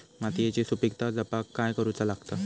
मातीयेची सुपीकता जपाक काय करूचा लागता?